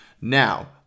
Now